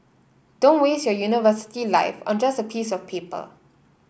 don't waste your university life on just a piece of paper